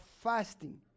fasting